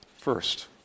first